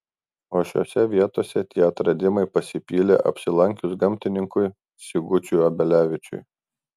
o šiose vietose tie atradimai pasipylė apsilankius gamtininkui sigučiui obelevičiui